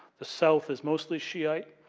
the south is mostly shiite,